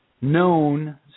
known